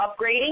upgrading